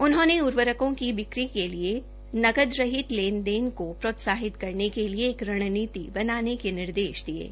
उन्होंने उर्वरकों की बिक्री के लिए नकद रहित लेन देन को प्रोत्साहित करने के लिए एक रणनीति बनाने के निर्देश दिये है